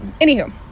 anywho